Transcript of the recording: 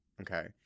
okay